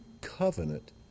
covenant